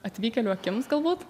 atvykėlių akims galbūt